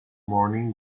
morning